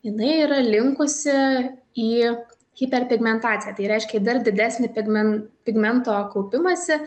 jinai yra linkusi į hiperpigmentaciją tai reiškia į dar didesnį pigmen pigmento kaupimąsi